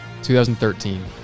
2013